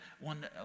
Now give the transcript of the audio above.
one